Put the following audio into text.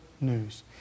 news